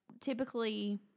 typically